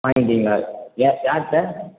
வாங்கிட்டீங்களா யார் யார்கிட்ட